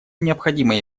необходимой